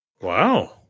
wow